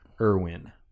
Irwin